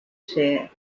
ser